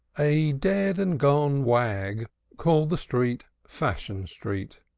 a dead and gone wag called the street fashion street,